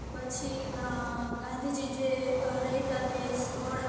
પછી ગાંધીજી જે રહેતા તે સ્થળ